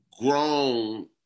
grown